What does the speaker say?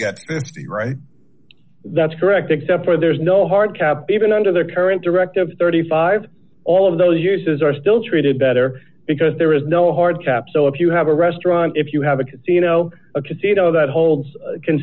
got the right that's correct except for there's no hard cap even under their current directive thirty five dollars all of those uses are still treated better because there is no hard cap so if you have a restaurant if you have a casino a casino that holds can